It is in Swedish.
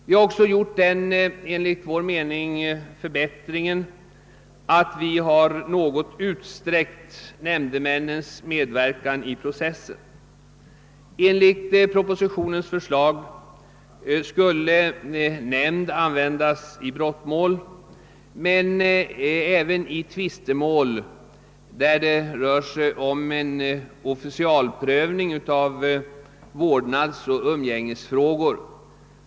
Vi har även gjort den förbättringen — som vi själva tycker — att vi har utsträckt nämndemännens medverkan något i processerna. Enligt propositionens förslag skulle nämnd användas i brottmål samt i tvistemål där det rör sig om en officialprövning av vårdnadsoch umgängesfrågor.